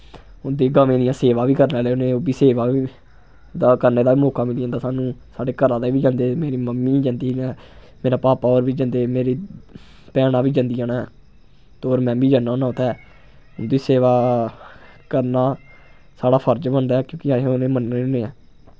उं'दी गवें दियां सेवा बी कर लैन्ने होन्ने ओह् बी सेवा बी दा करने दा मौका मिली जंदा सानू साढ़े घरा दे बी जन्दे मेरी मम्मी जन्दी ते मेरे पापा होर बी जन्दे मेरी भैनां बी जन्दियां न ते होर मैं बी जन्ना होन्नां उत्थै उं'दी सेवा करना साढ़ा फर्ज बनदा ऐ क्योंकि अहें उ'नें मन्नने होन्ने आं